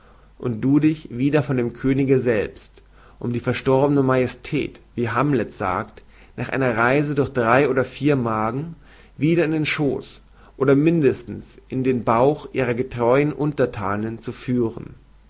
und du dich wieder von dem könige selbst um die verstorbene majestät wie hamlet sagt nach einer reise durch drei oder vier magen wieder in den schooß oder mindestens in den bauch ihrer getreuen unterthanen zu führen